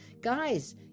guys